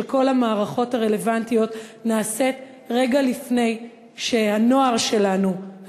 כל המערכות הרלוונטיות נעשית רגע לפני שהנוער שלנו,